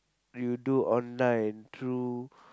you do online through